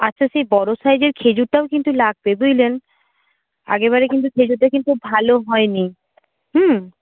আচ্ছা সেই বড় সাইজের খেজুরটাও কিন্তু লাগবে বুঝলেন আগেরবারে কিন্তু খেজুরটা কিন্তু ভালো হয়নি